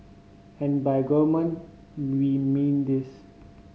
and by gourmet we mean this